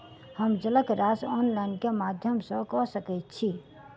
हम जलक राशि ऑनलाइन केँ माध्यम सँ कऽ सकैत छी?